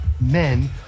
men